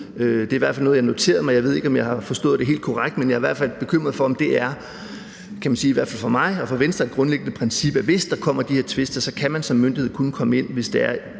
Det er i hvert fald noget, jeg har noteret mig, men jeg ved ikke, om jeg har forstået det helt korrekt, men jeg er i hvert fald bekymret for det, for det er i hvert fald for mig og Venstre et grundlæggende princip, at hvis der kommer de her tvister, kan man som myndighed kun komme ind, hvis det er